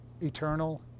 eternal